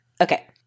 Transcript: Okay